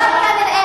אבל כנראה,